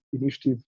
Initiative